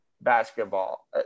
basketball